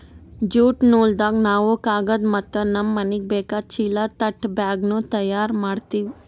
jute ನೂಲ್ದಾಗ್ ನಾವ್ ಕಾಗದ್ ಮತ್ತ್ ನಮ್ಮ್ ಮನಿಗ್ ಬೇಕಾದ್ ಚೀಲಾ ತಟ್ ಬ್ಯಾಗ್ನು ತಯಾರ್ ಮಾಡ್ತೀವಿ